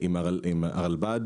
עם הרלב"ד,